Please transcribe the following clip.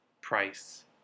price